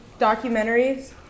documentaries